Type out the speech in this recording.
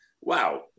wow